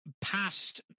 past